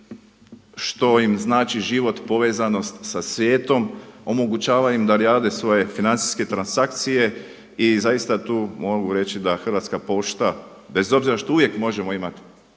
što im znači život, povezanost sa svijetom, omogućava im da rade svoje financijske transakcije i zaista tu mogu reći da Hrvatska pošta bez obzira što uvijek možemo imati